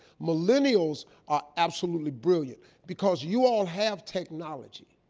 millennials are absolutely brilliant because you all have technology.